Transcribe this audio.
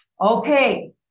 okay